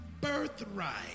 birthright